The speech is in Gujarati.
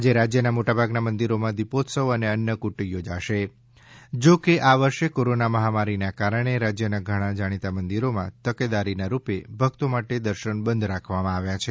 આજે રાજ્યના મોટા ભાગના મંદિરોમાં દિપોત્સવ અને અન્નક્રટ યોજાશે જો કે કોરોના મહામારીના કારણે રાજ્યના ઘણા જાણીતા મંદિરોમાં તકેદારીરૂપે ભક્તો માટે દર્શન બંધ રાખવામાં આવ્યા છે